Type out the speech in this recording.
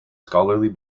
scholarly